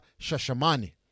shashamani